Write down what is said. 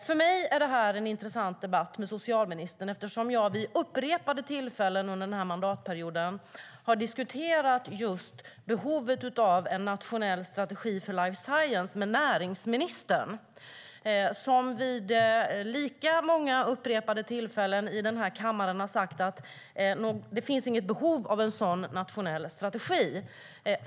För mig är detta en intressant debatt eftersom jag vid upprepade tillfällen under den här mandatperioden har debatterat just behovet av en nationell strategi för life science med näringsministern, som vid lika många upprepade tillfällen i den här kammaren har sagt att det inte finns något behov av en sådan nationell strategi.